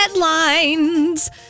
headlines